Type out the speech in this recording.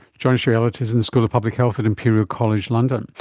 joshua elliott is in the school of public health at imperial college london.